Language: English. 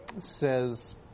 says